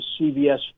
CVS